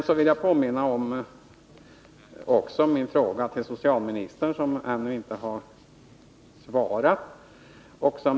Jag vill påminna socialministern om min fråga, som ännu inte har besvarats.